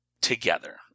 together